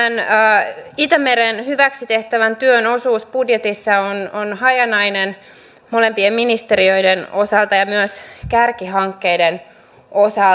tämän itämeren hyväksi tehtävän työn osuus budjetissa on hajanainen molempien ministeriöiden osalta ja myös kärkihankkeiden osalta